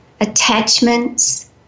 attachments